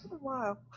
wow